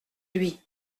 lui